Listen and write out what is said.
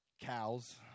Cows